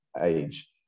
age